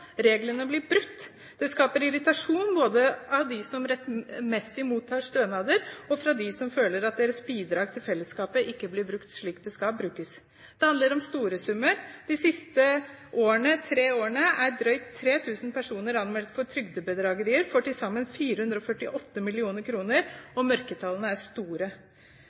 Reglene blir brutt, det skaper irritasjon både hos dem som rettmessig mottar stønader, og hos dem som føler at deres bidrag til fellesskapet ikke blir brukt slik det skal brukes. Det handler om store summer. De siste tre årene er drøyt 3 000 personer anmeldt for trygdebedrageri for til sammen 448 mill. kr, og mørketallene er store.